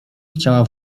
chciała